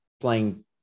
playing